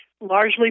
largely